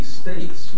states